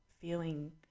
feeling